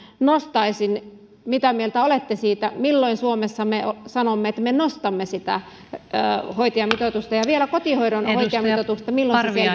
nostaisin mitä mieltä olette siitä milloin me suomessa sanomme että me nostamme hoitajamitoitusta ja vielä kotihoidon hoitajamitoituksesta milloin